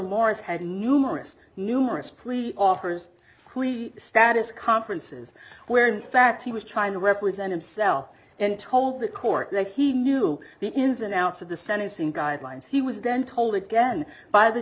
morris had numerous numerous plea offers plea status conferences where in fact he was trying to represent himself and told the court that he knew the ins and outs of the sentencing guidelines he was then told again by the